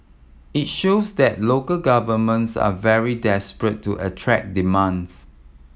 it shows that local governments are very desperate to attract demands